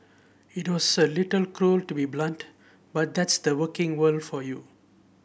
it was a little cruel to be so blunt but that's the working world for you